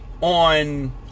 on